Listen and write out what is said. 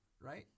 Right